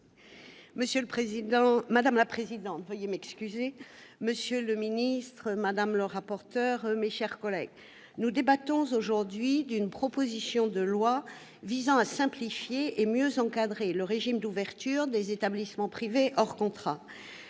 Madame la présidente, monsieur le ministre, madame la rapporteur, mes chers collègues, nous débattons aujourd'hui d'une proposition de loi visant à simplifier et mieux encadrer le régime d'ouverture des établissements privés hors contrat.